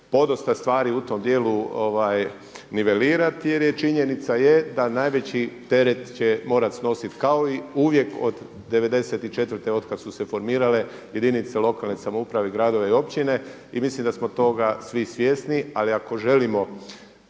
podosta stvari u tom dijelu nivelirati. Jer i činjenica je da najveći teret će morati snositi kao i uvijek od '94. od kad su se formirale jedinice lokalne samouprave, gradovi i općine i mislim da smo toga svi svjesni. Ali ako želimo